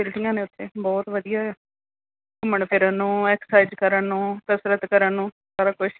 ਫਸਿਲਟੀਆਂ ਨੇ ਉੱਥੇ ਬਹੁਤ ਵਧੀਆ ਘੁੰਮਣ ਫਿਰਨ ਨੂੰ ਐਕਸਸਾਈਜ਼ ਕਰਨ ਨੂੰ ਕਸਰਤ ਕਰਨ ਨੂੰ ਸਾਰਾ ਕੁਛ